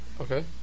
Okay